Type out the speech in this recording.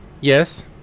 yes